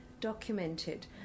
documented